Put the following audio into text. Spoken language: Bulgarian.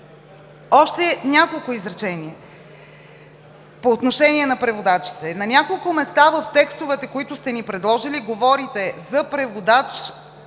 Още няколко изречения по отношение на преводачите. На няколко места в текстовете, които сте ни предложили, говорите за преводач,